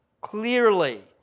clearly